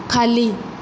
खाली